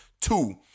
Two